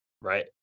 Right